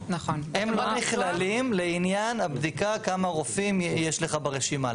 הם לא נכללים לעניין הבדיקה כמה רופאים יש לך ברשימה.